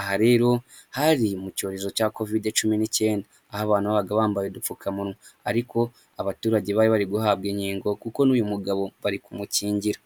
Aha rero, hari mu cyorezo cya kovide cumi n'icyenda, aho abantu babaga bambaye udupfukamunwa, ariko abaturage bari bari guhabwa inkingo kuko n'uyu mugabo bari kumukingira.